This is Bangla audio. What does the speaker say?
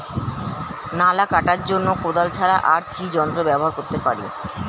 নালা কাটার জন্য কোদাল ছাড়া আর কি যন্ত্র ব্যবহার করতে পারি?